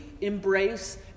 embrace